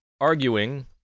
arguing